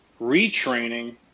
retraining